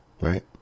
Right